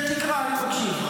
כן, תקרא, אני מקשיב.